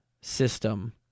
system